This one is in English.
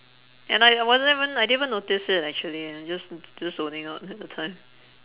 and like I wasn't even I didn't even notice it actually just just zoning out at the time